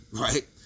right